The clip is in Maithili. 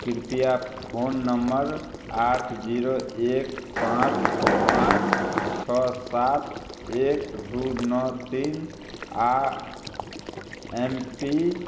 कृपया फोन नम्बर आठ जीरो एक पाॅंच पाॅंच छओ सात एक दू नओ तीन आ एम पी